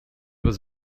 was